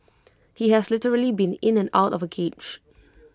he has literally been in and out of A cage